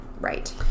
Right